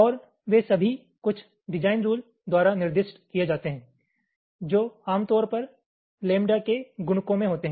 और वे सभी कुछ डिजाइन रुलद्वारा निर्दिष्ट किए जाते हैं जो आमतौर पर लैम्ब्डा के गुणकों में होते हैं